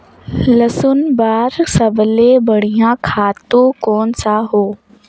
लसुन बार सबले बढ़िया खातु कोन सा हो?